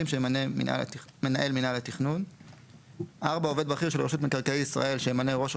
שימנה מנהל מינהל התכנון; (4) עובד בכיר של רשות מקרקעי ישראל,